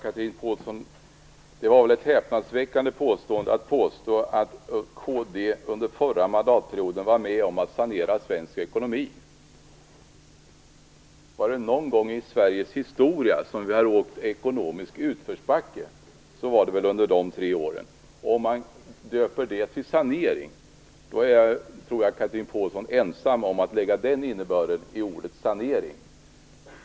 Fru talman! Chatrine Pålssons påstående, att Kristdemokraterna under förra mandatperioden var med om att sanera svensk ekonomi, är häpnadsväckande. Om vi någon gång i svensk historia ekonomiskt har åkt i utförsbacke, så var det väl under de tre åren. Om det kallas för sanering tror jag att Chatrine Pålsson är ensam om att ge ordet sanering den innebörden.